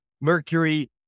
Mercury